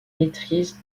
maitrise